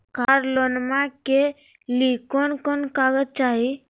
कार लोनमा के लिय कौन कौन कागज चाही?